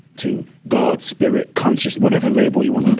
to god's spirit, conscience whatever label you want to